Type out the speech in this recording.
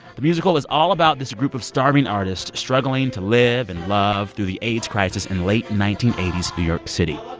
the musical is all about this group of starving artists struggling to live and love through the aids crisis in late nineteen eighty s new york city